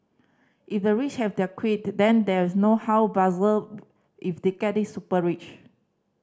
if the rich have their quirk then there's no how bizarre if they get the super rich